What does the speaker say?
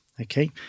Okay